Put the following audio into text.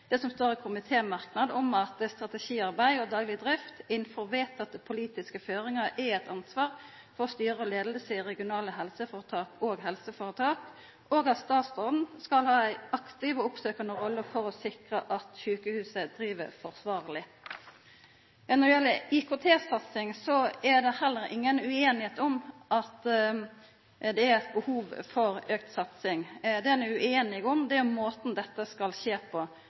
det som står i komitémerknaden om at strategiarbeid og dagleg drift innanfor vedtekne politiske føringar er eit ansvar for styre og leiing i regionale helseføretak og helseføretak, og at statsråden skal ha ei aktiv og oppsøkjande rolle for å sikra at sjukehuset driv forsvarleg. Når det gjeld IKT-satsing, er det heller inga ueinigheit om at det er eit behov for auka satsing. Det ein er ueinig om, er måten dette skal skje på.